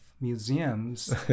museums